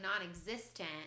non-existent